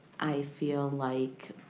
i feel like,